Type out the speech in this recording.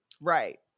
Right